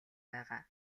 байгаа